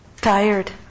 Tired